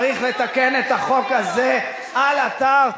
צריך לתקן את החוק הזה על אתר.